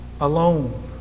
alone